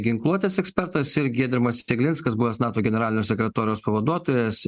ginkluotės ekspertas ir giedrimas teglinskas buvęs nato generalinio sekretoriaus pavaduotojas